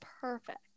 perfect